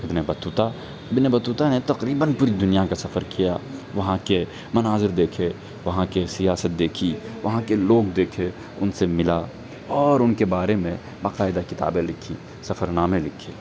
ابن Battuta Ibn Battuta نے تقریباً پوری دنیا کا سفر کیا وہاں کے مناظر دیکھے وہاں کے سیاست دیکھی وہاں کے لوگ دیکھے ان سے ملا اور ان کے بارے میں باقاعدہ کتابیں لکھی سفرنامے لکھے